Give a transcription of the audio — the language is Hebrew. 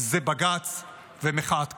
זה בג"ץ ומחאת קפלן.